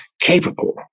capable